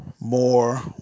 more